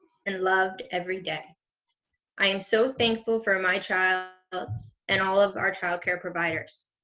and loved every day i am so thankful for my child and all of our child care providers.